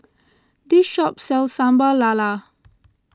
this shop sells Sambal Lala